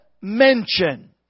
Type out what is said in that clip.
mention